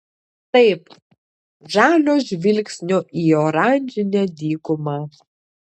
taip žalio žvilgsnio į oranžinę dykumą